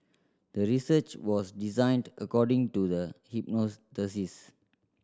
the research was designed according to the